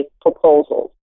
proposals